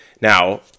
Now